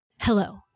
Hello